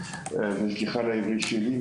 וסליחה על העברית שלי.